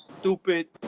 stupid